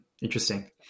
Interesting